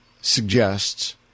suggests